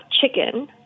chicken